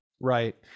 right